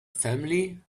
family